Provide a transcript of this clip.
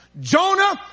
Jonah